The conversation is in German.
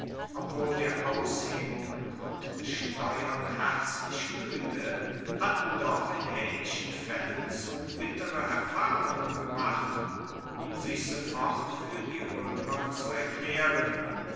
obwohl der aushebungen und steuern herzlich muede hatten doch in aehnlichen faellen zu bittere erfahrungen gemacht um sich sofort fuer die roemer zu erklaeren